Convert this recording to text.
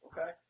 Okay